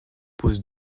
pose